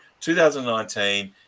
2019